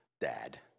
dad